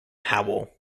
howell